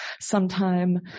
sometime